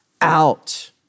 out